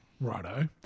Righto